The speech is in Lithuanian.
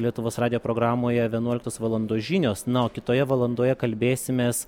lietuvos radijo programoje vienuoliktos valandos žinios na o kitoje valandoje kalbėsimės